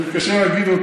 שאני מתקשה להגיד,